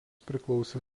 priklausė